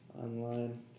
Online